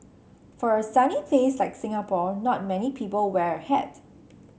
for a sunny place like Singapore not many people wear a hat